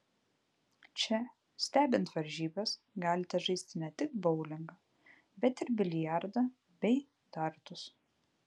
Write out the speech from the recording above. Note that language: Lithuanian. čia stebint varžybas galite žaisti ne tik boulingą bet ir biliardą bei dartus